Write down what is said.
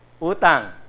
Utang